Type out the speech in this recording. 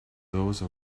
those